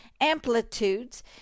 amplitudes